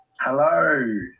Hello